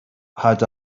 had